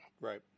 Right